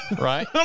Right